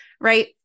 right